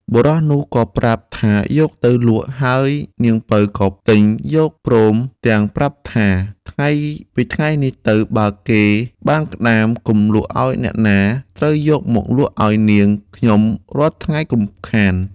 បុរសនោះប្រាប់ថាយកទៅលក់ហើយនាងពៅក៏ទិញយកព្រមទាំងប្រាប់ថា ពីថ្ងៃនេះទៅបើគេបានក្ដាម កុំលក់ឲ្យអ្នកណាត្រូយកមកលក់ឲ្យនាងខ្ញុំរាល់ថ្ងៃកុំខាន។